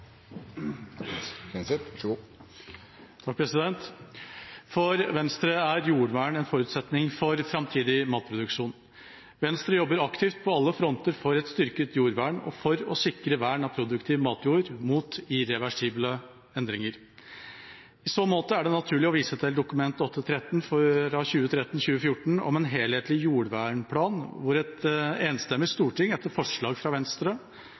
jordvern en forutsetning for framtidig matproduksjon. Venstre jobber aktivt på alle fronter for et styrket jordvern og for å sikre vern av produktiv matjord mot irreversible endringer. I så måte er det naturlig å vise til Dokument 8:13 S for 2013–2014, om en helhetlig jordvernplan, der et enstemmig storting etter forslag fra Venstre